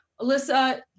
Alyssa